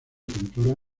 pintura